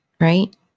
right